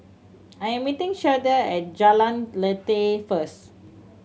I am meeting Shardae at Jalan Lateh first